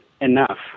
enough